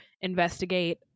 investigate